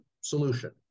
solution